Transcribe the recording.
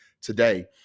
today